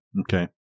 Okay